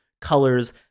colors